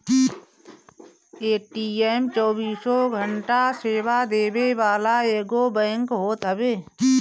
ATM चौबीसों घंटा सेवा देवे वाला एगो बैंक होत हवे